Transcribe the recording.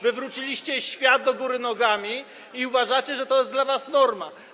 Wywróciliście świat do góry nogami i uważacie, że to jest dla was norma.